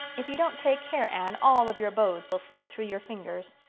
if you don't take care, anne, all of your beaux will slip through your fingers.